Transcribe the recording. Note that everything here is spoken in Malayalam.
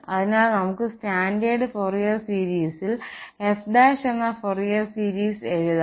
അതിനാൽ നമുക്ക് സ്റ്റാൻഡേർഡ് ഫോറിയർ സീരീസിൽ f എന്ന ഫോറിയർ സീരീസ് എഴുതാം